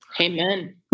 Amen